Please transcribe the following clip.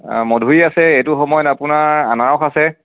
মধুৰি আছে এইটো সময়ত আপোনাৰ আনাৰস আছে